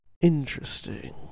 Interesting